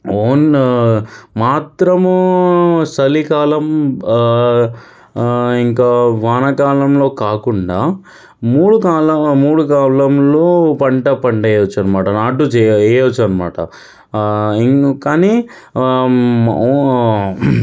own మాత్రము చలికాలం ఇంకా వాన కాలంలో కాకుండా మూడు కాల మూడు కాలంలో పంట పండేయోచ్చన్నమాట నాటు వెయ్యచ్చు అన్నమాట కానీ